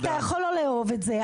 אתה יכול לא לאהוב את זה,